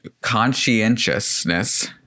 Conscientiousness